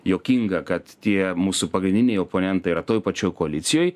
juokinga kad tie mūsų pagrindiniai oponentai yra toj pačioj koalicijoj